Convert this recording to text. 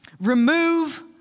remove